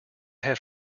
had